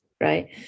right